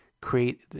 create